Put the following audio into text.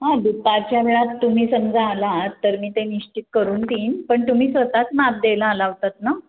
हां दुपारच्या वेळात तुम्ही समजा आलात तर मी ते निश्चित करून देईन पण तुम्ही स्वतःच माप द्यायला आला होतात ना